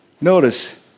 Notice